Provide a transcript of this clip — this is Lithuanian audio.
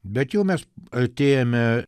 bet jau mes artėjame